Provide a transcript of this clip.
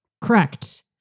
Correct